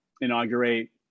inaugurate